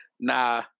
Nah